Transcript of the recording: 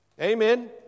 Amen